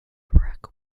barack